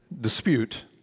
dispute